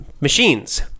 machines